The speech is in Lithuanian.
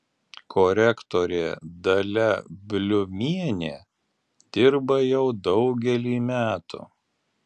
korektorė dalia bliumienė dirba jau daugelį metų